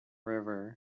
river